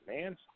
man